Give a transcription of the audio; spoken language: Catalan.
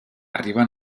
arriben